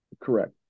correct